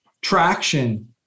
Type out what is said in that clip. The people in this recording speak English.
traction